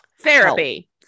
Therapy